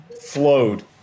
flowed